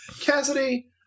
Cassidy